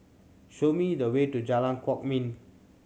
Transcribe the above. show me the way to Jalan Kwok Min